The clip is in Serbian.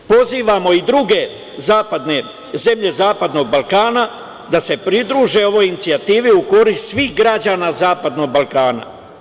Pozivamo i druge zemlje zapadnog Balkana da se pridruže ovoj inicijativi u korist svih građana zapadnog Balkana.